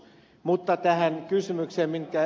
mutta tähän kysymykseen ed